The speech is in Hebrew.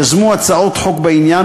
יזמו הצעות חוק בעניין,